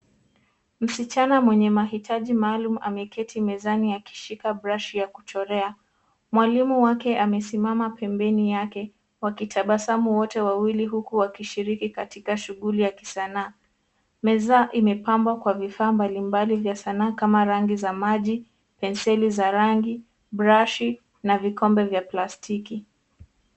Msichana mwenye mahitaji maalum ameketi mezani akishika brush ya kuchorea. Mwalimu wake amesimama pembeni yake wakitabasamu wote wawili huku wakishiriki katika shughuli ya kisanaa. Meza imepambwa kwa vifaa mbalimbali za kisanaa kama rangi za maji, penseli za rangi, brush na vikombe vya plastiki.